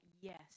yes